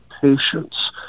patience